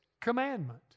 commandment